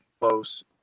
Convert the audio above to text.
close